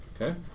Okay